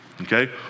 Okay